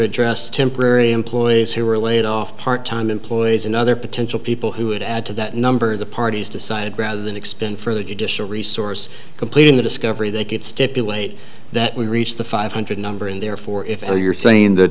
address temporary employees who were laid off part time employees and other potential people who would add to that number the parties decided rather than expend further judicial resource completing the discovery they could stipulate that we reached the five hundred number and therefore if you're thinking that